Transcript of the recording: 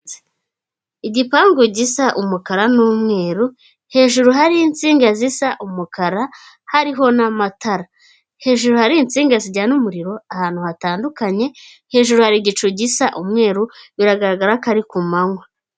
Igipangu gisa umukara n'umweru hejuru hariho insinga zisa umukara hariho n'amatara, hejuru hari insinga zijyana umuriro ahantu hatandukanye, hejuru hari igicu gisa umweru biragaragara ko ari ku manywa.